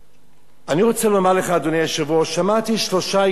שמעתי שלושה עקרונות מהשר שאמר,